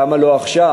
למה לא עכשיו?